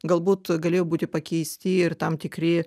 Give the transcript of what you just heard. galbūt galėjo būti pakeisti ir tam tikri